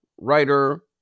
writer